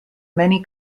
many